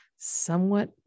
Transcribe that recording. Somewhat